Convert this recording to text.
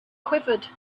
quivered